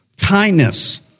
kindness